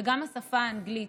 וגם השפה האנגלית.